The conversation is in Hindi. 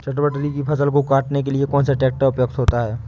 चटवटरी की फसल को काटने के लिए कौन सा ट्रैक्टर उपयुक्त होता है?